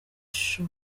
show